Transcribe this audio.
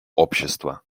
общество